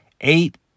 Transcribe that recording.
eight